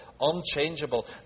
Unchangeable